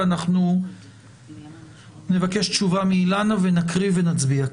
אנחנו נבקש תשובה מאילנה ונקריא ונצביע.